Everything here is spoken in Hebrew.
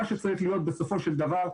מה שצריך להיות בסופו של דבר,